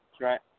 right